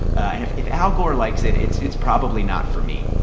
and if if al gore likes it, it's it's probably not for me.